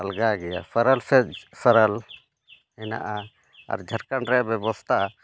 ᱟᱞᱜᱟ ᱜᱮᱭᱟ ᱥᱚᱨᱚᱞ ᱥᱮ ᱥᱚᱨᱚᱞ ᱢᱮᱱᱟᱜᱼᱟ ᱟᱨ ᱡᱷᱟᱲᱠᱷᱚᱸᱰ ᱨᱮᱭᱟᱜ ᱵᱮᱵᱚᱥᱛᱷᱟ